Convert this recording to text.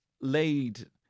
laid